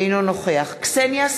אינו נוכח קסניה סבטלובה,